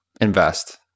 invest